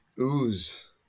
ooze